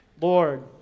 Lord